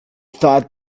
thought